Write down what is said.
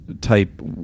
type